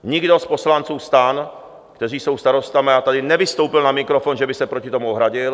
Nikdo z poslanců STAN, kteří jsou starosty, tady nevystoupil na mikrofon, že by se proti tomu ohradil.